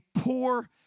poor